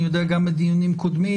אני יודע גם מדיונים קודמים,